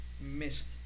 missed